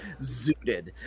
zooted